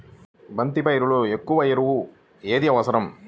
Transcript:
బంతి పైరులో ఎక్కువ ఎరువు ఏది అవసరం?